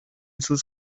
sus